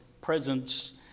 presence